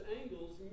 angles